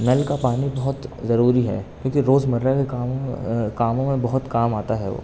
نل کا پانی بہت ضروری ہے کیونکہ روز مرّہ کے کاموں کاموں میں بہت کام آتا ہے